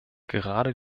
gerade